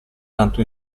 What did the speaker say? tanto